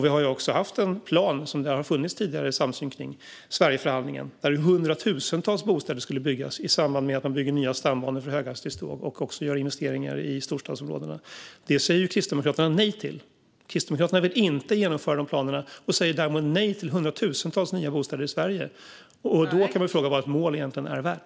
Vi har också haft en plan som det tidigare har funnits samsyn kring, Sverigeförhandlingen, där hundratusentals bostäder skulle byggas i samband med att man byggde nya stambanor för höghastighetståg och också gjorde investeringar i storstadsområdena. Detta säger Kristdemokraterna nej till. Kristdemokraterna vill inte genomföra de planerna och säger därmed nej till hundratusentals nya bostäder i Sverige. Då kan man fråga sig vad ett mål egentligen är värt.